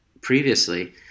previously